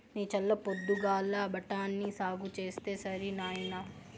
నీ చల్ల పొద్దుగాల బఠాని సాగు చేస్తే సరి నాయినా